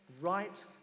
right